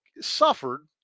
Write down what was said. suffered